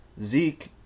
Zeke